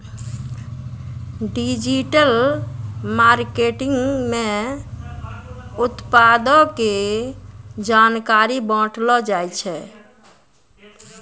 digital marketing मे उत्पादो के जानकारी बांटलो जाय छै